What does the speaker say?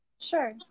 sure